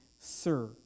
sir